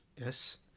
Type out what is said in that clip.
Yes